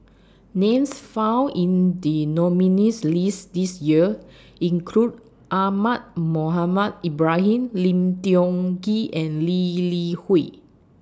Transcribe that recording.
Names found in The nominees' list This Year include Ahmad Mohamed Ibrahim Lim Tiong Ghee and Lee Li Hui